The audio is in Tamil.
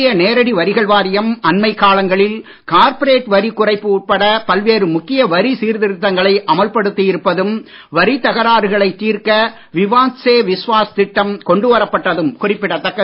மத்திய நேரடி வரிகள் வாரியம் அண்மைக் காலங்களில் கார்ப்பரேட் வரிக் குறைப்பு உட்பட பல்வேறு முக்கிய வரி சீர்த்திருத்தங்களை அமல்படுத்தி இருப்பதும் வரித் தகராறுகளை தீர்க்க விவாத் சே விஸ்வாஸ் திட்டம் கொண்டு வரப்பட்டதும் குறிப்பிடத் தக்கது